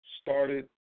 started